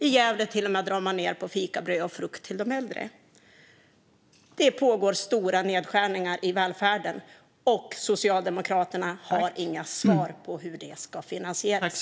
I Gävle drar man till och med ned på fikabröd och frukt till de äldre. Det pågår stora nedskärningar i välfärden, och Socialdemokraterna har inga svar på hur den ska finansieras.